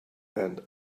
and